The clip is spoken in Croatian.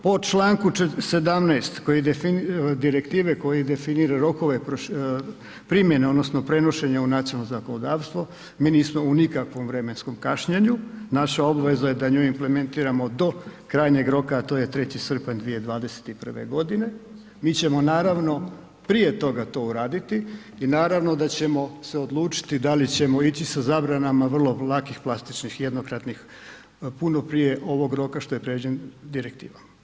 Po čl. 17. direktive koji definira rokove primjene odnosno prenošenje u nacionalno zakonodavstvo, mi nismo u nikakvom vremenskom kašnjenju, naša obveza je da nju implementiramo do krajnjeg roka a to je 3. srpanj 2021. g., mi ćemo naravno prije toga to uraditi i naravno da ćemo se odlučiti da li ćemo ići sa zabranama vrlo lakih plastičnih jednokratnih puno prije ovog roka što je predviđen direktivom.